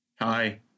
Hi